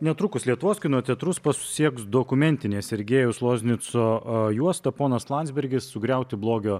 netrukus lietuvos kino teatrus pasieks dokumentinė sergejaus loznico juosta ponas landsbergis sugriauti blogio